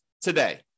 today